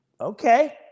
Okay